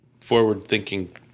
forward-thinking